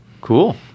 Cool